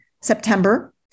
September